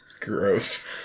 Gross